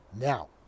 Now